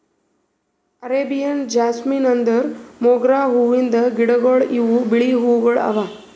Arabian jasmine ಅಂದುರ್ ಮೊಗ್ರಾ ಹೂವಿಂದ್ ಗಿಡಗೊಳ್ ಇವು ಬಿಳಿ ಹೂವುಗೊಳ್ ಅವಾ